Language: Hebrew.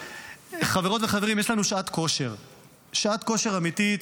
למעט שירות במסלול הביטחוני,